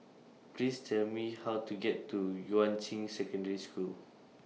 Please Tell Me How to get to Yuan Ching Secondary School